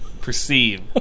perceive